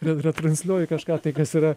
re retransliuoju kažką tai kas yra